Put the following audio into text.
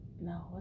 no